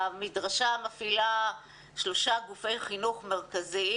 המדרשה מפעילה שלושה גופי חינוך מרכזיים.